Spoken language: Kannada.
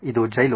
ಇದು ಜೈಲು